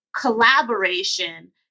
collaboration